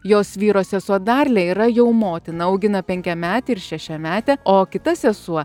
jos vyro sesuo darlė yra jau motina augina penkiametį ir šešiametę o kita sesuo